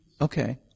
Okay